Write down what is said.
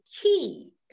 key